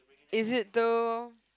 is it too